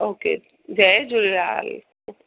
okay जय झूलेलाल